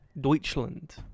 Deutschland